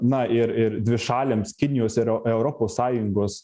na ir ir dvišaliams kinijos ir europos sąjungos